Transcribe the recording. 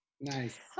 Nice